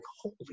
Holy